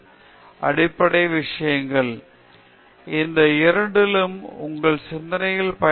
பேராசிரியர் பிரதாப் ஹரிதாஸ் இந்த இரண்டிலும் உங்கள் சிந்தனையைப் பயன்படுத்துவீர்கள்